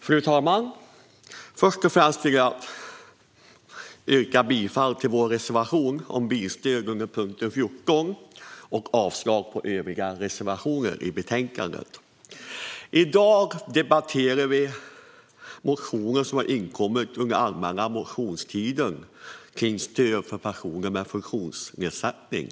Fru talman! Först och främst vill jag yrka bifall till vår reservation 15 om bilstöd under punkt 14 och avslag på övriga reservationer i betänkandet. I dag debatterar vi motioner som har inkommit under allmänna motionstiden och som handlar om stöd för personer med funktionsnedsättning.